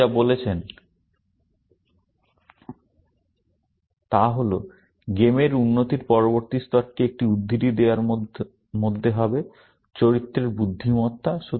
তিনি যা বলেছেন তা হল গেমের উন্নতির পরবর্তী স্তরটি একটি উদ্ধৃতি দেওয়ার মধ্যে হবে চরিত্রের বুদ্ধিমত্তা